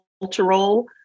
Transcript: cultural